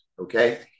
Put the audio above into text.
okay